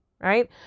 right